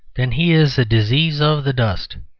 then he is a disease of the dust.